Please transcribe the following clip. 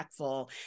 impactful